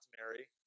Mary